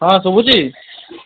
ହଁ ଶୁଭୁଛି